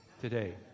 today